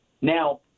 Now